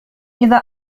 إذا